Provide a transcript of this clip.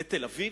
לתל-אביב?